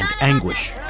anguish